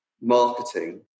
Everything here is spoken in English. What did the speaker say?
marketing